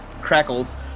crackles